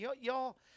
Y'all